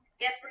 Yes